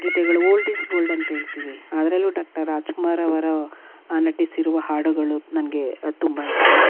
ಗೀತೆಗಳು old is gold ಅಂತ್ಹೇಳ್ತೀವಿ ಅದ್ರಲ್ಲೂ ಡಾಕ್ಟರ್ ರಾಜ್ಕುಮಾರವರು ನಟಿಸಿರುವ ಹಾಡುಗಳು ನನಗೆ ತುಂಬ ಇಷ್ಟ